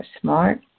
smart